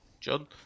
John